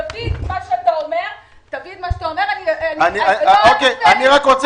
תביא את מה שאתה אומר --- אני רק רוצה